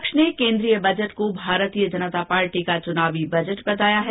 विपक्ष ने केन्द्रीय बजट को भारतीय जनता पार्टी का चुनावी बजट बताया है